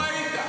איזה ערוץ?